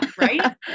Right